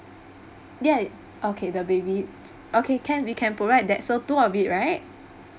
ya okay the baby okay can we can provide that so two of it right